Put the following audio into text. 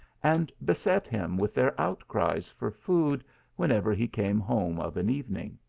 and beset him with their outcries for food whenever he came home of an evening.